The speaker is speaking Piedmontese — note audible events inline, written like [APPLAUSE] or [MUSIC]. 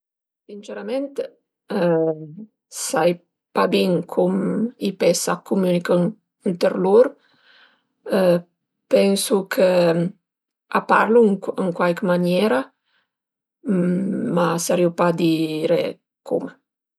Sincerament [HESITATION] sai pa bin cum i pes a cumünichën ëntër lur, pënsu ch'a parlu ën cuaic maniera, ma sarìu pa dire cume